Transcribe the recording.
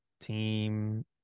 team